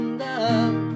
love